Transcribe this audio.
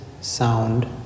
sound